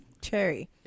cherry